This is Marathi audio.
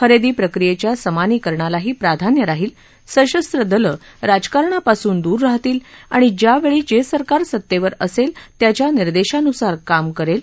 खरेदी प्रक्रियेच्या प समानीकरणालाही प्राधान्य राहील सशस्र दलं राजकारणापासून दूर राहतील आणि ज्यावेळी जे सरकार सत्तेवर असेल त्याच्या निर्देशांनुसार काम करेल